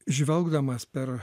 žvelgdamas per